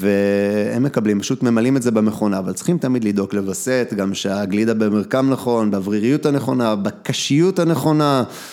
והם מקבלים, פשוט ממלאים את זה במכונה, אבל צריכים תמיד לדאוג לווסת, גם שהגלידה במרקם נכון, באווריריות הנכונה, בקשיות הנכונה.